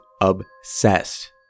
obsessed